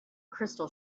crystal